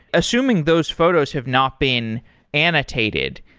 assuming those photos have not been annotated,